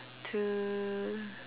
to